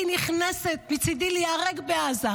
שהייתי נכנסת מצידי להיהרג בעזה,